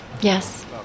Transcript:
Yes